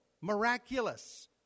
Miraculous